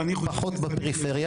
פחות בפריפריה.